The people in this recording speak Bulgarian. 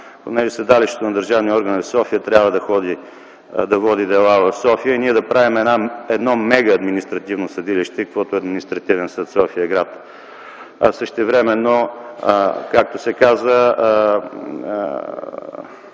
понеже седалището на държавния орган е в София, трябва да води дела в София и ние да правим едно мегаадминистративно съдилище, каквото е Административният съд – София град. А същевременно, както се каза,